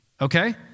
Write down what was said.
okay